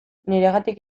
niregatik